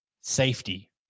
safety